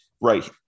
right